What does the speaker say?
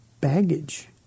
baggage